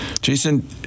Jason